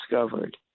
discovered